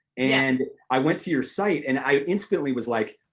and i went to your site and i instantly was like,